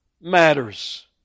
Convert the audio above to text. matters